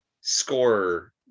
scorer